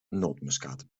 nootmuskaat